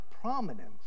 prominence